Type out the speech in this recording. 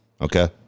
Okay